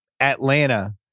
Atlanta